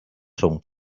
rhwng